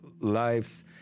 lives